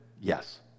Yes